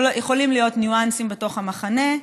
יכולים להיות ניואנסים בתוך המחנה,